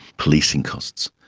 policing costs.